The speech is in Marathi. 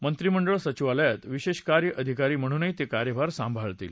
मंत्रीमंडळ सचिवालयात विशेष कार्य अधिकारी म्हणूनही ते कार्यभार सांभाळतील